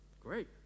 great